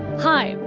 hi,